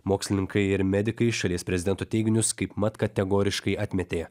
mokslininkai ir medikai šalies prezidento teiginius kaip mat kategoriškai atmetė